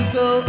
go